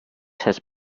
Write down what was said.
has